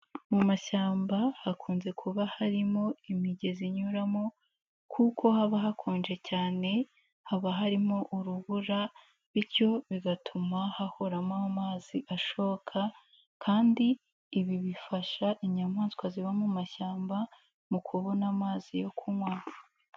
Mu mashyamba hakunze kuba harimo imigezi inyuramo kuko haba hakonje cyane haba harimo urubura bityo bigatuma hahoramo amazi ashoka kandi ibi bifasha inyamaswa ziba mu mashyamba mu kubona amazi yo kunywa.